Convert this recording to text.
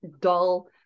dull